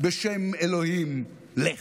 בשם אלוהים, לך.